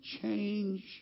change